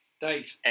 Dave